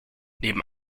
neben